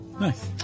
Nice